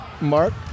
Mark